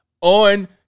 on